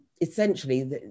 essentially